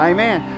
Amen